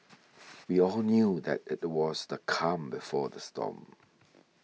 we all knew that it was the calm before the storm